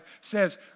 says